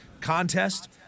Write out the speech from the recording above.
contest